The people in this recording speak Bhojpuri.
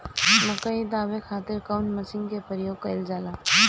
मकई दावे खातीर कउन मसीन के प्रयोग कईल जाला?